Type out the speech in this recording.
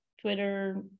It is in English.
Twitter